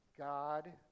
God